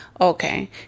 Okay